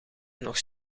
nog